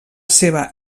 seva